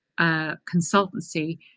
consultancy